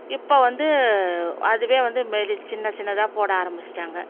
இப்போது வந்து அதுவே வந்து மெலி சின்ன சின்னதாக போட ஆரம்பித்திட்டாங்க